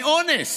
מאונס,